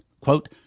quote